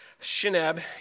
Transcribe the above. Shinab